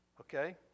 okay